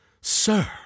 sir